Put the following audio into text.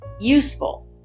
useful